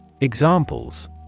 Examples